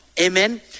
Amen